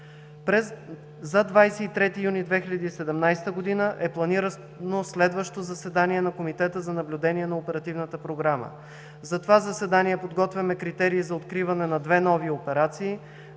За 23 юни 2017 г. е планирано следващо заседание на Комитета за наблюдение на Оперативната програма. За това заседание подготвяме критерии за откриване на две нови операции